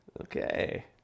Okay